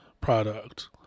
product